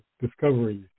discoveries